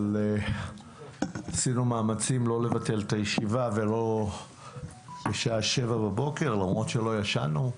אבל עשינו מאמצים לא לבטל את הישיבה בשעה 07:00 בבוקר למרות שלא ישנו,